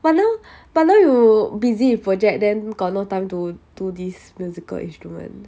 but now but now you busy with project then got no time to do this musical instrument